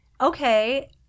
okay